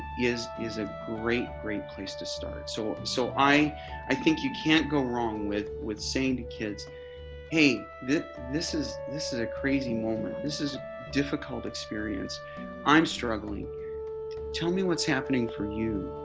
is is a great great place to start so so i i think you can't go wrong with with saying to kids hey this this is this is a crazy moment this is a difficult experience i'm struggling tell me what's happening for you.